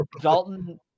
Dalton